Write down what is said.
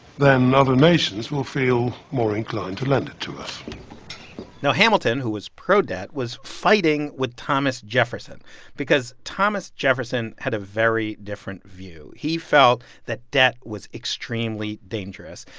then other nations will feel more inclined to lend it to us now, hamilton, who was proud debt, was fighting with thomas jefferson because thomas jefferson had a very different view. he felt that debt was extremely dangerous.